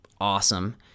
awesome